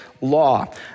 Law